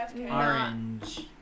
orange